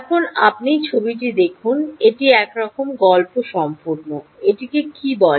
এখন আপনি ছবিটি দেখুন এটি একরকম গল্প সম্পূর্ণ এটি কী বলে